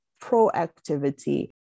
proactivity